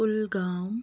Kulgam